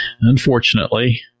Unfortunately